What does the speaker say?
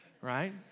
right